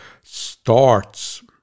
starts